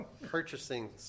purchasing